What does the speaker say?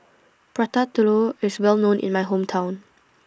Prata Telur IS Well known in My Hometown